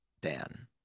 Dan